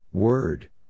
word